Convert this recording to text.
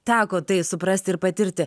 teko tai suprasti ir patirti